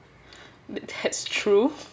that's true